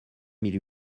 mille